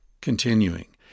Continuing